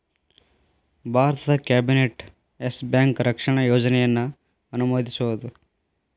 ಭಾರತದ್ cabinet Yes Bank ರಕ್ಷಣಾ ಯೋಜನೆಯನ್ನ ಅನುಮೋದಿಸೇದ್